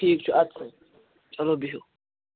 ٹھیٖک چھُ اَدٕ سا چلو بِہِو